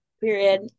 Period